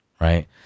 right